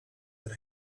but